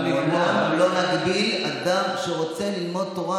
לעולם לא נגביל אדם שרוצה ללמוד תורה,